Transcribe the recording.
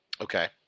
Okay